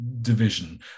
division